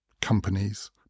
companies